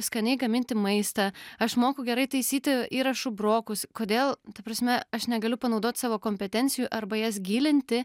skaniai gaminti maistą aš moku gerai taisyti įrašų brokus kodėl ta prasme aš negaliu panaudot savo kompetencijų arba jas gilinti